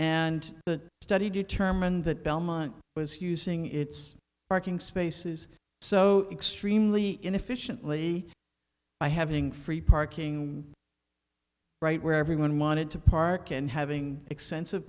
the study determined that belmont was using its parking spaces so extremely inefficiently by having free parking right where everyone wanted to park and having expensive